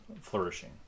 flourishing